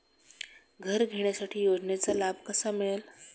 घर घेण्यासाठी योजनेचा लाभ कसा मिळेल?